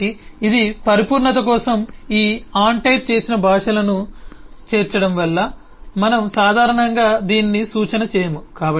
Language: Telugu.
కాబట్టి ఇది పరిపూర్ణత కోసం ఈ అన్ టైప్ చేసిన భాషలను చేర్చడం వల్ల మనం సాధారణంగా దీనికి సూచన చేయము